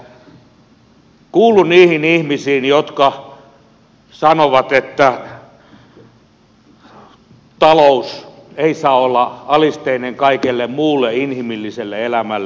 kuulun niihin ihmisiin jotka sanovat että talous ei saa olla alisteinen kaikelle muulle inhimilliselle elämälle